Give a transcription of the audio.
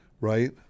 right